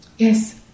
yes